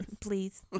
Please